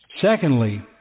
Secondly